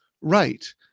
right